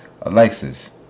Alexis